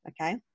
Okay